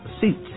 seats